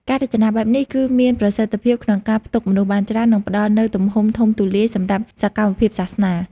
ការរចនាបែបនេះ គឺមានប្រសិទ្ធភាពក្នុងការផ្ទុកមនុស្សបានច្រើន និងផ្តល់នូវទំហំធំទូលាយសម្រាប់សកម្មភាពសាសនា។